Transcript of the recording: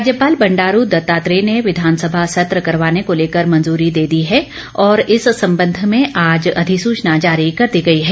राज्यपाल बंडारू दत्तात्रेय ने विधानसभा सत्र करवाने को लेकर मंजूरी दे दी है और इस संबंध में आज अधिसूचना जारी कर दी गई है